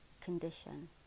condition